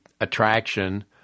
attraction